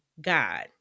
God